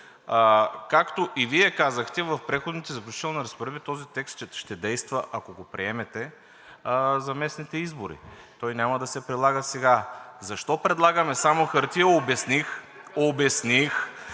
Както и Вие казахте, в Преходните и заключителните разпоредби този текст ще действа, ако го приемете за местните избори. Той няма да се прилага сега. Защо предлагаме само хартия, обясних. (Народният